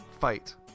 fight